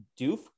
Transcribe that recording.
doof